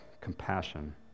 compassion